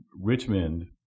richmond